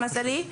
למזלי,